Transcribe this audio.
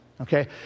Okay